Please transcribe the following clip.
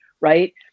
right